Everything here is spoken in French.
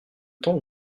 temps